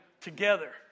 together